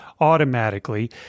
automatically